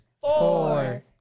four